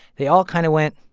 they all kind of went,